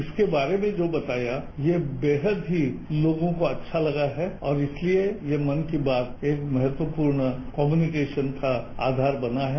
इसके बारे में जो बताया यह बेहद ही लोगों को अच्छा लगा है और इसलिए ये मन की बात एक बहुत महत्वपूर्ण कम्युनिकेशन का आधार बना है